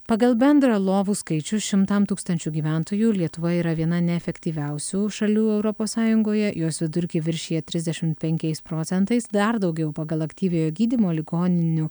pagal bendrą lovų skaičių šimtam tūkstančių gyventojų lietuva yra viena neefektyviausių šalių europos sąjungoje jos vidurkį viršija trisdešim penkiais procentais dar daugiau pagal aktyviojo gydymo ligoninių